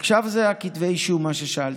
עכשיו בעניין כתבי האישום ששאלת: